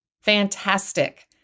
fantastic